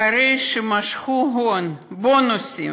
אחרי שמשכו הון, בונוסים,